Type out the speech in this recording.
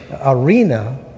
arena